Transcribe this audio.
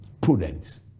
prudence